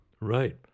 Right